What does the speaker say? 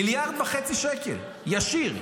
1.5 מיליארד שקל ישיר.